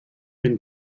been